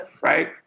right